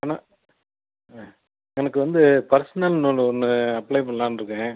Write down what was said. என ஆ எனக்கு வந்து பர்ஸ்னல் லோன் ஒன்று அப்ளை பண்ணலான்ருக்கேன்